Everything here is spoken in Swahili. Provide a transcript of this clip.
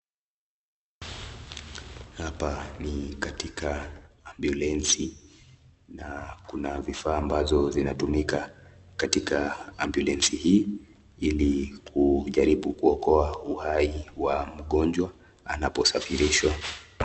Hapa ni katika ambwulenzi na Kuna vivaa ambazo zinatumika katika ambwulenzi hii hili kujaribu kuokoa uhai mgonjwa anaposafirishwa.